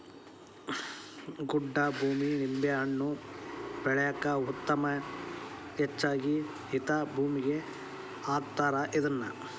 ಗೊಡ್ಡ ಭೂಮಿ ನಿಂಬೆಹಣ್ಣ ಬೆಳ್ಯಾಕ ಉತ್ತಮ ಹೆಚ್ಚಾಗಿ ಹಿಂತಾ ಭೂಮಿಗೆ ಹಾಕತಾರ ಇದ್ನಾ